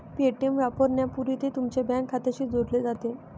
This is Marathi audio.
पे.टी.एम वापरण्यापूर्वी ते तुमच्या बँक खात्याशी जोडले जाते